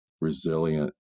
resilient